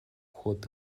уход